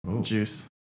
Juice